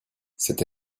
cette